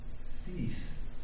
cease